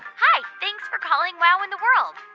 hi. thanks for calling wow in the world.